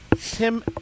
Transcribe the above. Tim